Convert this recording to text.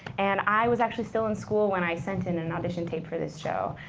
and i was actually still in school when i sent in and an audition tape for this show.